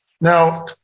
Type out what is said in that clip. Now